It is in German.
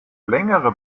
längere